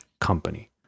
company